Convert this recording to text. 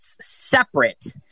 separate